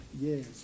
Yes